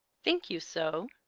think you so?